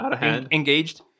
engaged